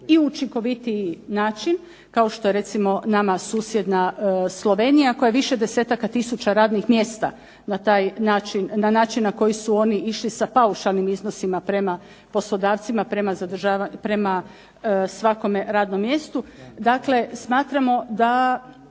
i učinkovitiji način kao što je recimo nama susjedna Slovenija koja je više desetaka tisuća radnih mjesta na taj način, na način na koji su oni išli sa paušalnim iznosima prema poslodavcima, prema svakome radnom mjestu. Dakle, smatramo da,